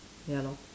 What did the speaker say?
ya lor